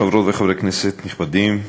חברות וחברי כנסת נכבדים,